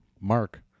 Mark